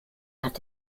hat